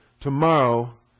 Tomorrow